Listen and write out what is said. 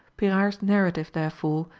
pyrard's narrative therefore,